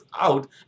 out